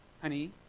honey